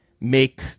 make